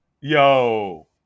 Yo